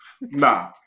Nah